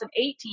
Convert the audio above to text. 2018